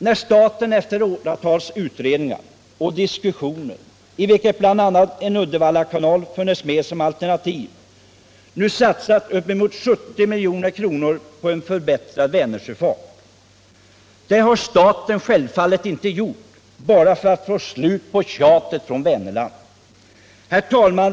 När staten efter åratals utredningar och diskussioner — i vilka bl.a. en Uddevallakanal funnits med som alternativ — nu har satsat upp emot 70 milj.kr. på en förbättrad Vänersjöfart har staten självfallet inte gjort det bara för att få slut på tjatet från Vänerland.